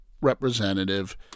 representative